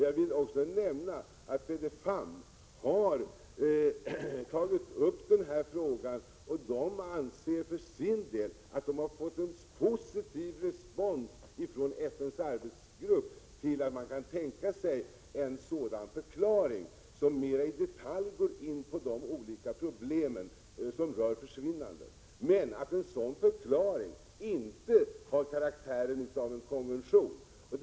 Jag vill också nämna att FEDEFAM har tagit upp frågan och anser att man fått en positiv respons från FN:s arbetsgrupp för en sådan förklaring, som mera i detalj går in på de olika problemen som rör försvinnanden, men att en sådan förklaring inte har karaktären av en konvention.